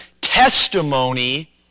testimony